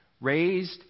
raised